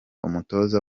umutoza